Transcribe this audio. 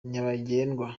nyabagendwa